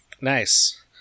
Nice